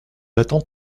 attend